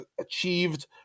achieved